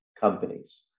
companies